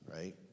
right